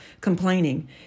complaining